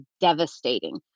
devastating